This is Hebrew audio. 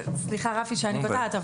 סליחה רפי שאני קוטעת,